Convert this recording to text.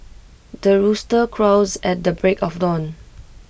the rooster crows at the break of dawn